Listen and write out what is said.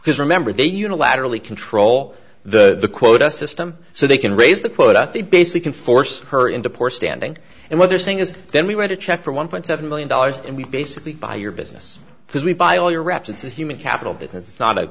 because remember they unilaterally control the quota system so they can raise the quota they basically can force her into poor standing and what they're saying is then we went to check for one point seven million dollars and we basically buy your business because we buy all your reference and human capital because it's not